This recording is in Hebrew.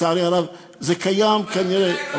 לצערי הרב זה קיים כנראה,